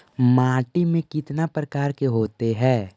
माटी में कितना प्रकार के होते हैं?